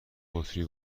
بطری